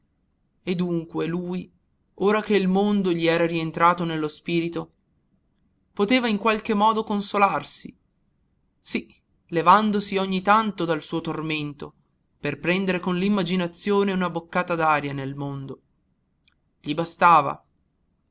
e dunque lui ora che il mondo gli era rientrato nello spirito poteva in qualche modo consolarsi sì levandosi ogni tanto dal suo tormento per prendere con l'immaginazione una boccata d'aria nel mondo gli bastava